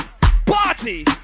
party